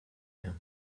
mehr